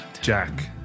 Jack